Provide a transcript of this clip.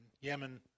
Yemen